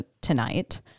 tonight